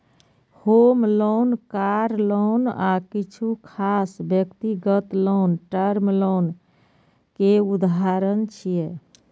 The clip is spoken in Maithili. होम लोन, कार लोन आ किछु खास व्यक्तिगत लोन टर्म लोन के उदाहरण छियै